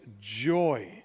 joy